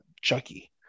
Chucky